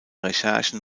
recherchen